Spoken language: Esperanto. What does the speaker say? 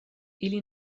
ili